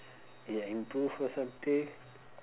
ya improved or something